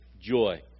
joy